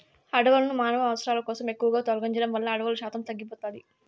అడవులను మానవ అవసరాల కోసం ఎక్కువగా తొలగించడం వల్ల అడవుల శాతం తగ్గిపోతాది